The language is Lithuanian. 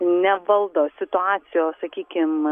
nevaldo situacijos sakykim